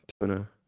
tuna